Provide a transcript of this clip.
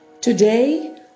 Today